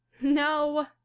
No